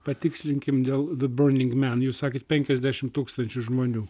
patikslinkime dėl de borning men jūs sakėt penkiasdešimt tūkstančių žmonių